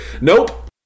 nope